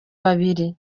babiri